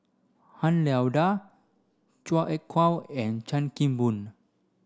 Han Lao Da Chua Ek Kay and Chan Kim Boon